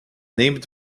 named